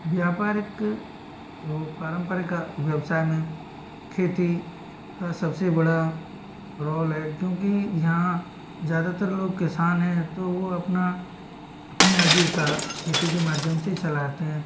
व्यापार एक वो पारंपरिका व्यवसाय में खेती का सबसे बड़ा रोल है क्योंकि यहाँ ज्यादातर लोग किसान हैं तो वो अपना अपनी आजीविका खेती के माध्यम से ही चलाते हैं